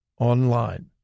online